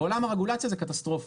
בעולם הרגולציה זה קטסטרופה.